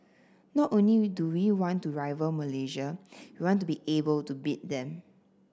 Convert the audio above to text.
not only we do we want to rival Malaysia we want to be able to beat them